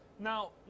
Now